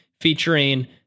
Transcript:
featuring